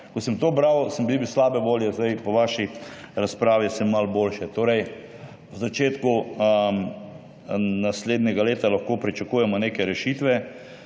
Ko sem to bral, sem bil slabe volje, zdaj, po vaši razpravi sem malo boljše. Torej, v začetku naslednjega leta lahko pričakujemo neke rešitve.